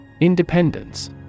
Independence